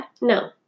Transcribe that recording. No